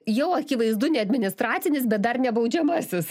jau akivaizdu ne administracinis bet dar ne baudžiamasis